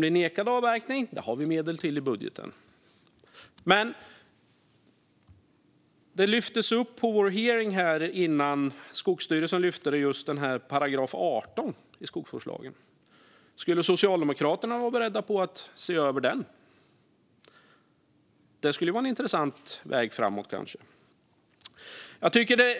Vi har medel i budgeten till dem som blir nekade avverkning, men på vår hearing lyfte Skogsstyrelsen upp § 18 i skogsvårdslagen. Skulle Socialdemokraterna vara beredda att se över den? Det skulle kanske vara en intressant väg framåt. Jag tycker att det